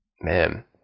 Man